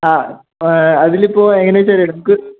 ആ അതിലിപ്പോൾ എങ്ങനാണെന്നു വെച്ചാൽ നമുക്ക്